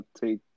take